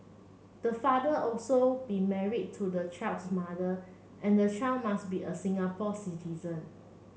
the father also be married to the child's mother and the child must be a Singapore citizen